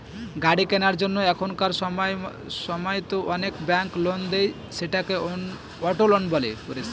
গাড়ি কেনার জন্য এখনকার সময়তো অনেক ব্যাঙ্ক লোন দেয়, সেটাকে অটো লোন বলে